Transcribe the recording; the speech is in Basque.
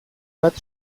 bat